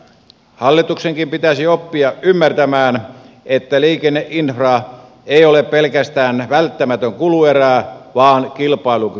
hallituksenkin pitäisi oppia ymmärtämään että liikenneinfra ei ole pelkästään välttämätön kuluerä vaan kilpailukykytekijä